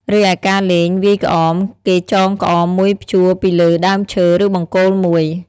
រីឯការលេងវាយក្អមគេចងក្អមមួយព្យួរពីលើដើមឈើ ឬបង្គោលមួយ ។